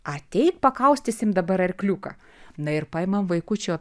ateik pakaustykim dabar arkliuką na ir paimam vaikučio